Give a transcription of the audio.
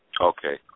Okay